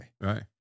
right